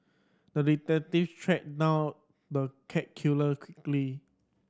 the detective tracked down the cat killer quickly